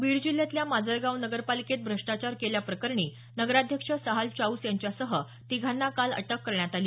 बीड जिल्ह्यातल्या माजलगाव नगरपालिकेत भ्रष्टाचार केल्याप्रकरणी नगराध्यक्ष सहाल चाऊस यांच्यासह तिघांना काल अटक करण्यात आली